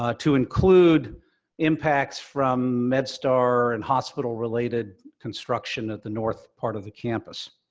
ah to include impacts from medstar, and hospital-related construction at the north part of the campus.